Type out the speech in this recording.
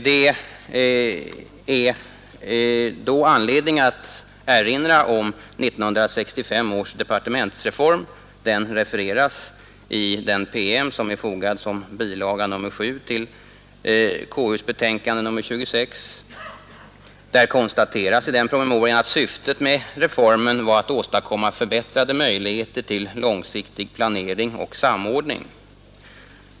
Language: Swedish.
Det finns anledning erinra om 1965 års departementsreform. Den refereras i den promemoria som är fogad som bilaga nr 7 till konstitutionsutskottets betänkande nr 26. I denna PM konstateras att syftet med reformen var att åstadkomma förbättrade möjligheter till långsiktig planering och samordning.